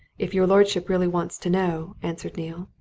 if your lordship really wants to know, answered neale,